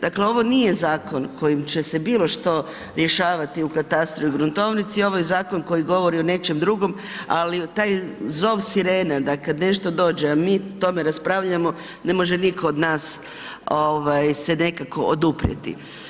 Dakle ovo nije zakon kojim će se bilo što rješavati u katastru i gruntovnici, ovo je zakon koji govori o nečem drugom ali taj zov sirene da kad nešto dođe a mi o tome raspravljamo, ne može od nas se nekako oduprijeti.